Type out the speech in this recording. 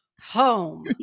home